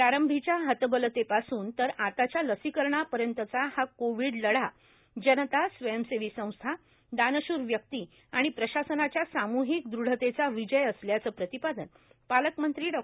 प्रारंभीच्या हतबलतेपासून तर आताच्या लसीकरणांपर्यंतचा हा कोविड लढा जनता स्वयंसेवी संस्था दानश्र व्यक्ती आणि प्रशासनाच्या सामूहिक दृढतेचा विजय असल्याचे प्रतिपादन पालकमंत्री डॉ